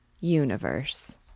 universe